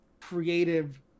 creative